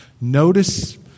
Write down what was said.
Notice